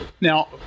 Now